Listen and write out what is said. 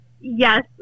Yes